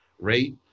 rate